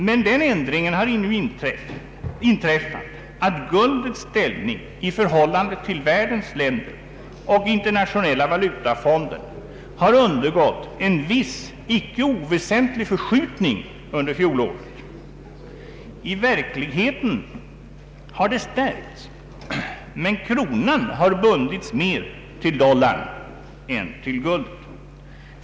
Men den ändringen har inträffat att guldets ställning i förhållande till världens länder och internationella valutafonden har undergått en viss icke oväsentlig förskjutning under fjolåret. I verkligheten har den stärkts, men kronan har bundits mer till dollarn än till guldet.